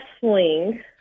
Sling